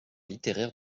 littéraires